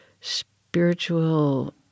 spiritual